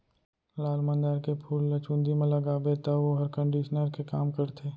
लाल मंदार के फूल ल चूंदी म लगाबे तौ वोहर कंडीसनर के काम करथे